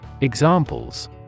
Examples